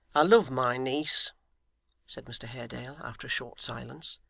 i love my niece said mr haredale, after a short silence.